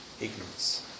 ignorance